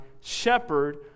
shepherd